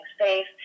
safe